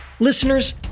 Listeners